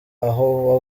aho